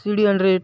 C D hundred